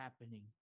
happening